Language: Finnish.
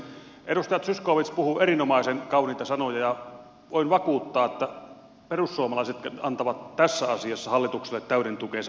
edustaja zyskowicz puhuu erinomaisen kauniita sanoja ja voin vakuuttaa että perussuomalaiset antavat tässä asiassa hallitukselle täyden tukensa